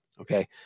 Okay